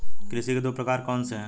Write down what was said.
कृषि के दो प्रकार कौन से हैं?